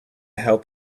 help